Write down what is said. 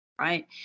Right